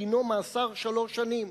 דינו מאסר שלוש שנים.